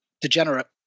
degenerate